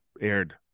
aired